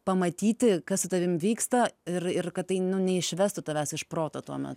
pamatyti kas su tavim vyksta ir ir kad tai neišvestų tavęs iš proto tuomet